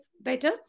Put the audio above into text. better